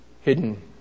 hidden